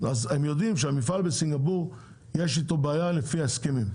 יודעים שעם המפעל בסינגפור יש בעיה לפי ההסכמים,